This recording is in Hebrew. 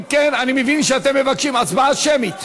אם כן, אני מבין שאתם מבקשים הצבעה שמית.